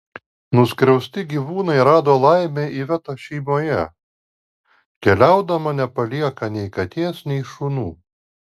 nuskriausti gyvūnai rado laimę ivetos šeimoje keliaudama nepalieka nei katės nei šunų